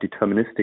deterministic